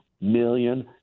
million